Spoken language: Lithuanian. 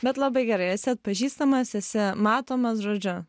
bet labai gerai esi atpažįstamas esi matomas žodžiu